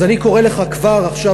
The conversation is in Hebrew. אז אני קורא לך כבר עכשיו,